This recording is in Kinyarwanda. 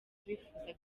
bifuza